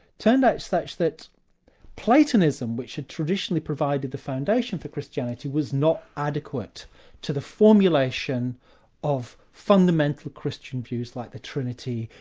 turned out such that platonism, which had traditionally provided the foundation for christianity, was not adequate to the formulation of fundamental christian views like the trinity,